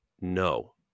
No